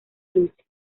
lucha